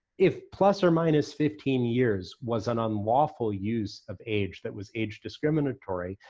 if plus or minus fifteen years was an unlawful use of age that was age discriminatory,